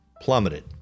plummeted